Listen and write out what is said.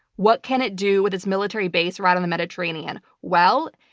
what can it do with its military base right in the mediterranean? well,